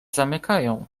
zamykają